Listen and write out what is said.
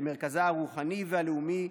למרכזה הרוחני והלאומי,